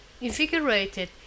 invigorated